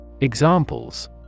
Examples